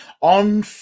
on